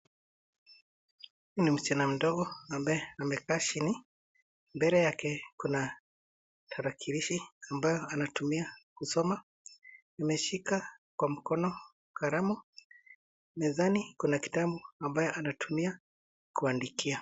Huyu ni msichana mdogo, ambaye amekaa chini. Mbele yake kuna tarakilishi, ambayo anatumia kusoma. Ameshika kwa mkono kalamu. Mezani kuna kitabu ambayo anatumia, kuandikia.